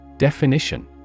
Definition